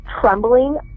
trembling